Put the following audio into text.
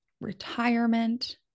retirement